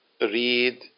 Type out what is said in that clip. read